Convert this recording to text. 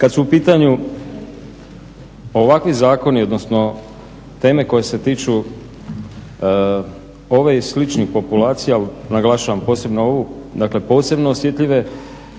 kada su u pitanju ovakvi zakoni odnosno teme koje se tiču ove i sličnih populacija, naglašavam posebno ovu, dakle posebno osjetljive,